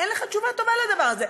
אין לך תשובה טובה לדבר הזה.